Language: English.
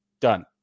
Done